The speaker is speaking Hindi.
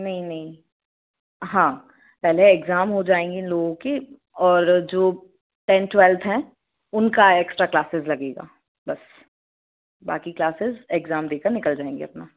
नहीं नहीं हाँ पहले एग्ज़ाम हो जाएंगे इन लोगों के और जो टेन्थ टूवेल्थ है उनका एक्स्ट्रा क्लासेस लगेगा बस बाक़ी क्लासेस एग्ज़ाम दे कर निकल जाएंगे अपना